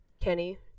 Kenny